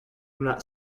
una